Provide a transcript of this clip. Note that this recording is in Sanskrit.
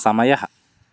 समयः